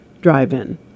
Drive-In